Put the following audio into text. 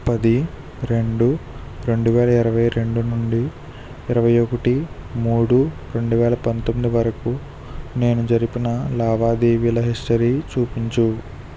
పది రెండు రెండు వేల ఇరవై రెండు నుండి ఇరవై ఒకటి మూడు రెండు వేల పంతొమ్మిది వరకు నేను జరిపిన లావాదేవీల హిస్టరీ చూపించుము